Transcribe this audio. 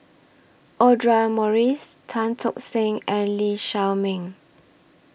Audra Morrice Tan Tock Seng and Lee Shao Meng